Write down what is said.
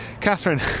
Catherine